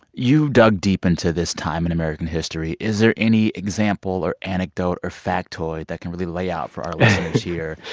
you dug deep into this time in american history. is there any example or anecdote or factoid that can really lay out for our listeners here.